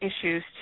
issues